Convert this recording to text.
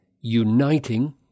uniting